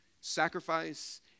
sacrifice